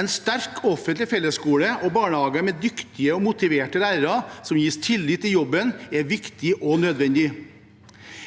En sterk offentlig fellesskole og barnehager med dyktige og motiverte lærere som gis tillit i jobben, er viktig og nødvendig.